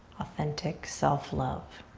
authentic self love.